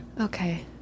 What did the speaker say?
Okay